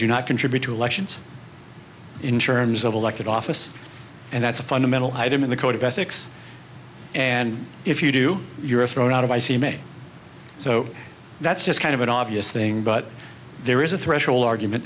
do not contribute to elections in terms of elected office and that's a fundamental item in the code of ethics and if you do you're thrown out of i c may so that's just kind of an obvious thing but there is a threshold argument